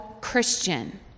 Christian